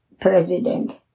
president